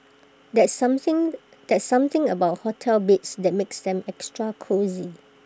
there's something there's something about hotel beds that makes them extra cosy